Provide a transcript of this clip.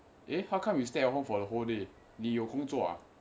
eh how come you stay at home for the whole day 你有工作 ah